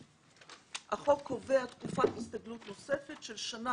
החוק קובע תקופת הסתגלות נוספת של שנה,